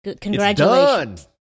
Congratulations